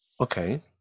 Okay